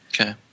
Okay